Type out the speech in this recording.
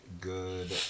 good